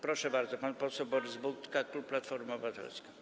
Proszę bardzo, pan poseł Borys Budka, klub Platforma Obywatelska.